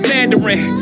Mandarin